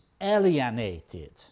alienated